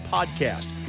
Podcast